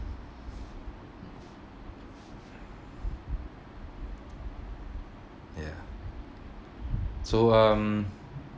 ya so um